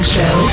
Show